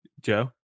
Joe